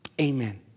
Amen